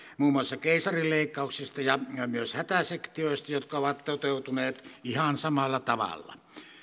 muun muassa keisarileikkauksista ja myös hätäsektioista jotka ovat toteutuneet ihan samalla tavalla